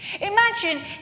Imagine